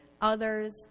others